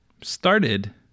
started